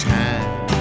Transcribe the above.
time